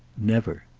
never.